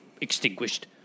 extinguished